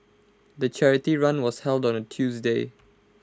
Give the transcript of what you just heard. the charity run was held on A Tuesday